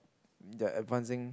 they're advancing